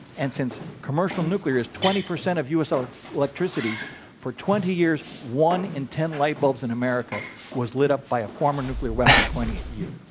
and since commercial nuclear is twenty percent of u so like electricity for twenty years, one in ten light bulbs in america was lit up by a former nuclear weapon pointing at you.